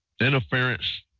interference